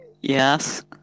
Yes